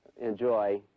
enjoy